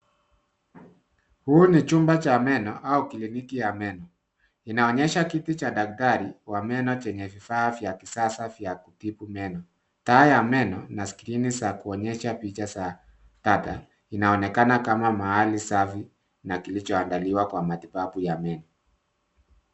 Huu ni chumba cha meno au kliniki ya meno. Inaonyesha kiti cha daktari wa meno chenye vifaa vya kisasa vya kutibu meno. Taa ya meno na skrini za kuonyesha picha za data inaonekana kama mahali safi na kilichoandaliwa kwa matibabu ya meno.